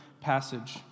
passage